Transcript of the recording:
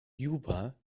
juba